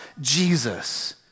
Jesus